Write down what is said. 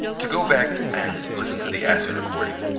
to go back and listen to the aspen recording,